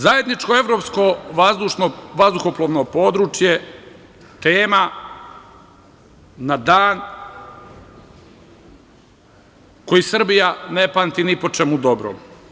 Zajedničko evropsko vazdušno vazduhoplovno područje tema na dan koji Srbija ne pamti ni po čemu dobrom.